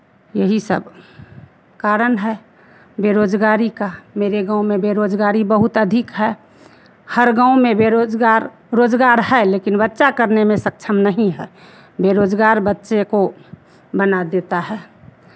यही सब कारण है बेरोज़गारी का मेरे गाँव में बेरोज़गारी बहुत अधिक है हर गाँव में बेरोज़गार रोज़गार है लेकिन बच्चा करने में सक्षम नहीं है बेरोज़गार बच्चे को बना देता है